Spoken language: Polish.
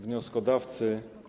Wnioskodawcy!